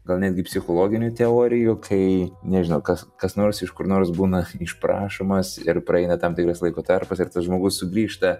gal netgi psichologinių teorijų kai nežinas kas kas nors iš kur nors būna išprašomas ir praeina tam tikras laiko tarpas ir tas žmogus sugrįžta